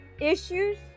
issues